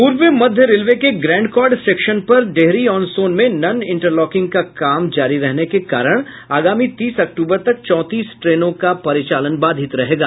पूर्व मध्य रेलवे के ग्रैंड कॉर्ड सेक्शन पर डेहरी आन सोन में नन इंटरलॉकिंग का काम जारी रहने के कारण आगामी तीस अक्टूबर तक चौंतीस ट्रेनों का परिचालन बाधित रहेगा